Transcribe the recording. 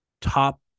top